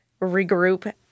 regroup